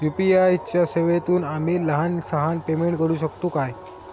UPI च्या सेवेतून आम्ही लहान सहान पेमेंट करू शकतू काय?